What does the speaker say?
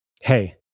hey